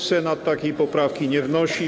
Senat takiej poprawki nie wnosi.